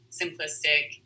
simplistic